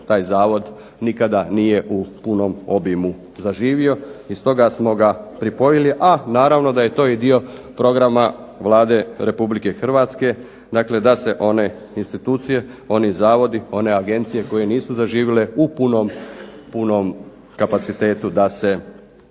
taj zavod nikada nije u punom obimu zaživio i stoga smo ga pripojili, a naravno da je to i dio programa Vlade Republike Hrvatske. Dakle, da se one institucije, oni zavodi, one agencije koje nisu zaživile u punom kapacitetu da se ukidaju,